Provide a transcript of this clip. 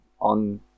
on